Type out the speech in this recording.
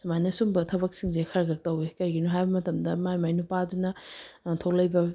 ꯁꯨꯃꯥꯏꯅ ꯁꯨꯝꯕ ꯊꯕꯛꯁꯤꯡꯁꯦ ꯈꯔ ꯈꯔ ꯇꯧꯏ ꯀꯩꯒꯤꯅꯣ ꯍꯥꯏꯕ ꯃꯇꯝꯗ ꯃꯥꯏ ꯃꯥꯏ ꯅꯨꯄꯥꯗꯨꯅ ꯊꯣꯛꯂꯛꯏꯕ